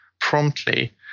promptly